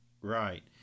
Right